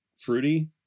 fruity